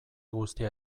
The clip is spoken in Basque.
guztia